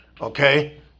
okay